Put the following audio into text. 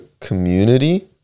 community